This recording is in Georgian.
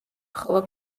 ხოლო